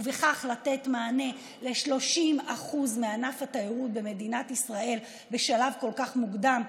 ובכך לתת מענה ל-30% מענף התיירות במדינת ישראל בשלב כל כך מוקדם,